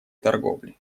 торговли